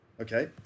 Okay